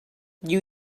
you